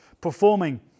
performing